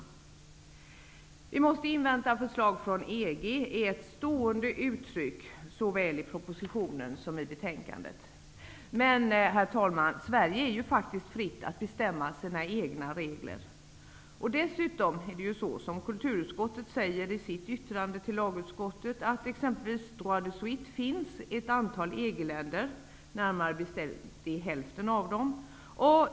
Vi måste invänta förslag från EG är ett stående uttryck, såväl i propositionen som i betänkandet. Men, herr talman, Sverige är faktiskt fritt att bestämma sina egna regler. Dessutom finns, som kulturutskottet säger i sitt yttrande till lagutskottet, exempelvis droit de suite i ett antal EG-länder, närmare bestämt i hälften av dem.